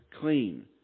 clean